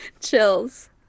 chills